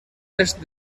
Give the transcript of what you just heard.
est